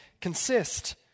consist